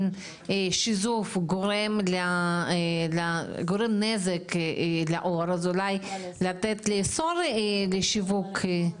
שיזוף הוא גורם נזק לעור אז אולי לאסור לשיווק?